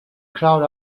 crowd